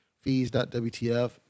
fees.wtf